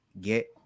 get